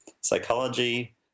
psychology